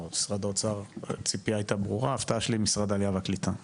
אוקיי, זאת העמדה של משרדי העלייה והקליטה והאוצר,